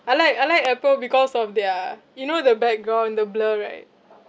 I like I like Apple because of their you know the background the blur right